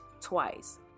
twice